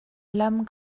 lam